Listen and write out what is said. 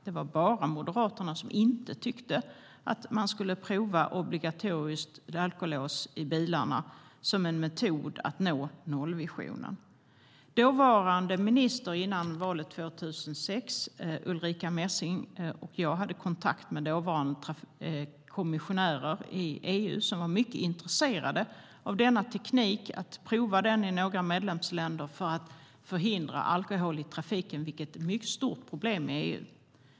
Det var bara Moderaterna som inte tyckte att vi skulle prova obligatoriskt alkolås i bilar som en metod för att nå nollvisionen. Dåvarande minister före valet 2006, Ulrica Messing, och jag hade kontakt med dåvarande kommissionärer i EU, som var mycket intresserade av att prova denna teknik i några medlemsländer för att förhindra alkohol i trafiken, vilket är ett mycket stort problem i EU.